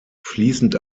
fließend